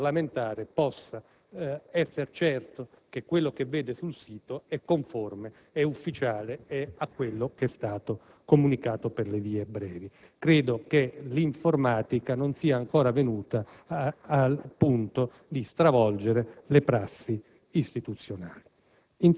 il parlamentare possa esser certo che quello che vede sul sito sia ufficiale e conforme a quello che è stato comunicato per le vie brevi. Credo che l'informatica non sia ancora arrivata al punto di stravolgere le prassi istituzionali.